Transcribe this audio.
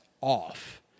off